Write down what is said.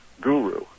guru